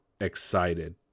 excited